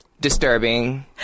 Disturbing